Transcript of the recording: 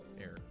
air